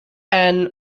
anne